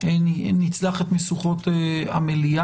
שנצלח את כל משוכות המליאה.